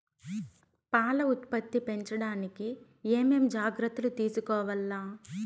పాల ఉత్పత్తి పెంచడానికి ఏమేం జాగ్రత్తలు తీసుకోవల్ల?